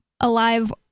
alive